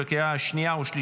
אושרה בקריאה הראשונה ותחזור